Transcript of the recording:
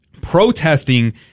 protesting